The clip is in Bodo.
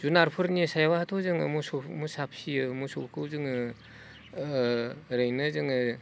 जुनारफोरनि सायावहाथ' जोङो मोसौ मोसा फियो मोसौखौ जोङो ओरैनो जोङो